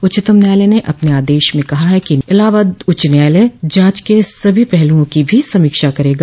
उच्चतम न्यायालय ने अपने आदश में कहा है कि इलाहाबाद उच्च न्यायालय जांच के सभी पहलुओं की भी समीक्षा करेगा